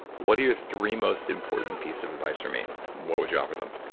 what are your three most important pieces of advice for me? what would you offer them?